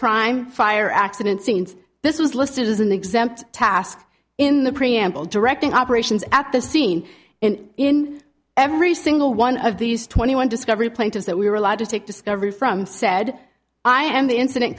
prime fire accident scenes this was listed as an exempt task in the preamble directing operations at the scene and in every single one of these twenty one discovery planters that we were allowed to take discovery from said i am the incident